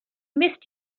missed